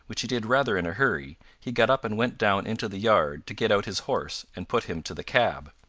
which he did rather in a hurry, he got up and went down into the yard to get out his horse and put him to the cab.